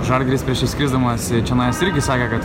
žalgiris prieš išskrisdamas čionais irgi sakė kad